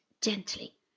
gently